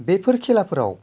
बेफोर खेलाफोराव